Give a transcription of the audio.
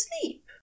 asleep